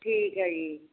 ਠੀਕ ਹੈ ਜੀ